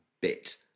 bit